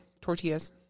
tortillas